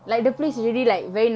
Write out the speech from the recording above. oh